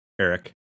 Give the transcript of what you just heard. eric